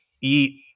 eat